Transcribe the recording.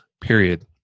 Period